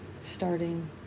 starting